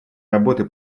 работы